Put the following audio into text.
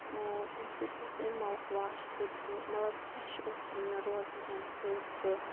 امہِ سۭتۍ اوس امہِ ماوُتھ واش سۭتۍ سُہ مَطلَب فریٚش اوس سُہ مےٚ روزان امہِ سۭتۍ سُہ